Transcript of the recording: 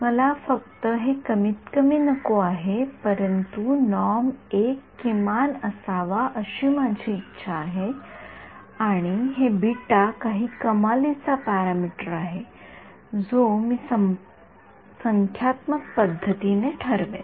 मला फक्त हे कमीतकमी नको आहे परंतु १ नॉर्म किमान असावा अशी माझी इच्छा आहे आणि बीटा हे काही कमालीचा पॅरामीटर आहे जो मी संख्यात्मक पद्धतीने ठरवेन